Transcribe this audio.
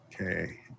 okay